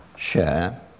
share